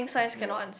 ya